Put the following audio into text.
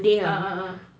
ah ah ah